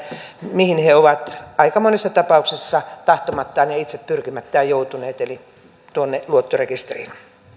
mihin he ovat aika monessa tapauksessa tahtomattaan ja itse pyrkimättään joutuneet eli luottorekisteristä vielä